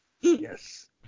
Yes